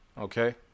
Okay